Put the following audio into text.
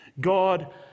God